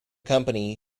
company